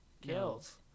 Kills